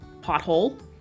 pothole